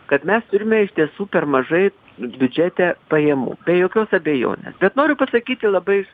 kad mes turime iš tiesų per mažai biudžete pajamų be jokios abejonės bet noriu pasakyti labai